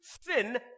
sin